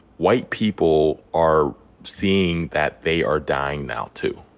white people are seeing that they are dying now, too.